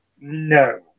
No